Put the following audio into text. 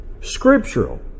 scriptural